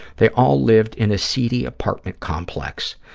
they all lived in a seedy apartment complex.